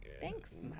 Thanks